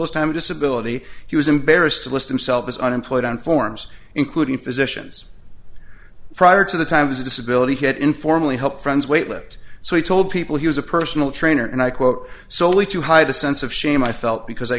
until his time of disability he was embarrassed to list themselves unemployed on forms including physicians prior to the times a disability hit informally helped friends weight lift so he told people he was a personal trainer and i quote soley to hide a sense of shame i felt because i